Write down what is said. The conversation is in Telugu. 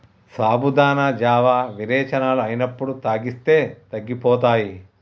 సాబుదానా జావా విరోచనాలు అయినప్పుడు తాగిస్తే తగ్గిపోతాయి